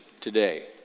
today